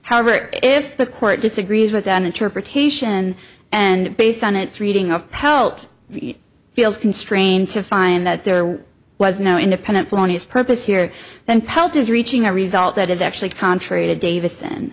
however if the court disagrees with that interpretation and based on its reading of pelt feels constrained to find that there was no independent flown his purpose here then pelt is reaching a result that is actually contrary to davison and